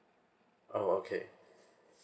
oh okay